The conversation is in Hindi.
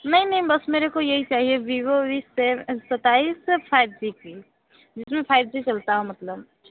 नहीं नहीं बस मेरे को यही चाहिए वीवो वी सेव सत्ताईस फाइव जी की जिसमें फाइव जी चलता हो मतलब